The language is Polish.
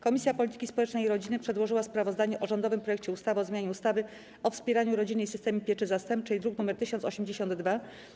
Komisja Polityki Społecznej i Rodziny przedłożyła sprawozdanie o rządowym projekcie ustawy o zmianie ustawy o wspieraniu rodziny i systemie pieczy zastępczej, druk nr 1082.